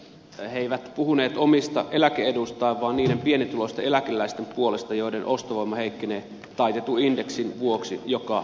he eivät puhuneet omista eläke eduistaan vaan niiden pienituloisten eläkeläisten puolesta joiden ostovoima heikkenee taitetun indeksin vuoksi joka vuosi